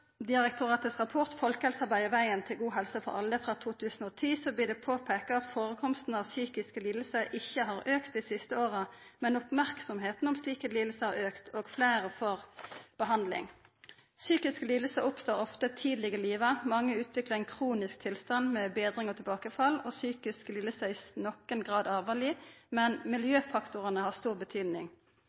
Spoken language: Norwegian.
til god helse for alle, frå 2010, blir det påpeika at førekomsten av psykiske lidingar ikkje har auka dei siste åra, men merksemda om slike lidingar har auka, og fleire får behandling. Psykiske lidingar oppstår ofte tidleg i livet. Mange utviklar ein kronisk tilstand med betring og tilbakefall. Psykiske lidingar er i nokon grad arvelege, men miljøfaktorane har òg stor